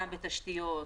גם בתשתיות,